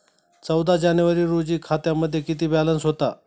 चौदा जानेवारी रोजी खात्यामध्ये किती बॅलन्स होता?